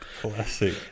Classic